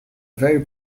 very